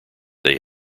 they